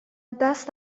دست